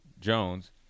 jones